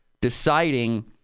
deciding